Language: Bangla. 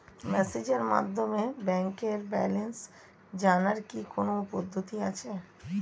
মেসেজের মাধ্যমে ব্যাংকের ব্যালেন্স জানার কি কোন পদ্ধতি আছে?